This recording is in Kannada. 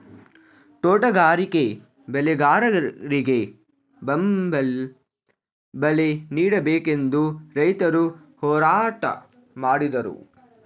ತೋಟಗಾರಿಕೆ ಬೆಳೆಗಾರರಿಗೆ ಬೆಂಬಲ ಬಲೆ ನೀಡಬೇಕೆಂದು ರೈತರು ಹೋರಾಟ ಮಾಡಿದರು